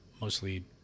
mostly